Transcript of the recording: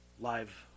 live